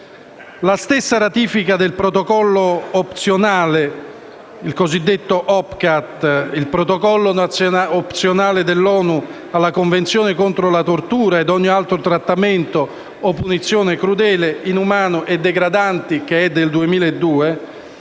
cosiddetto OPCAT, il Protocollo opzionale dell'ONU alla Convenzione contro la tortura e ogni altro trattamento o punizione crudele, inumano e degradante, che è del 2002,